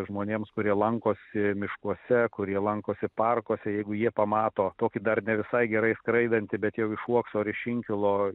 žmonėms kurie lankosi miškuose kurie lankosi parkuose jeigu jie pamato tokį dar ne visai gerai skraidantį bet jau iš uokso ar iš inkilo